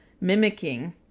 mimicking